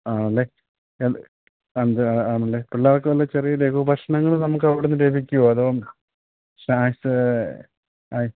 ആണല്ലേ എ എന്താണ് ആണല്ലേ പിള്ളേർക്കു വല്ല ചെറിയ ലഘുഭക്ഷണങ്ങള് നമുക്ക് അവിടുന്ന് ലഭിക്കുമോ അതോ സ്നാക്സ് ഏ